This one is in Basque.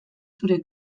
zure